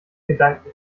gedanken